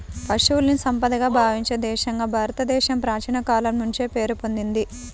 పశువుల్ని సంపదగా భావించే దేశంగా భారతదేశం ప్రాచీన కాలం నుంచే పేరు పొందింది